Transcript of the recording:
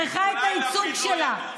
צריכה את הייצוג שלה.